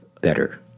better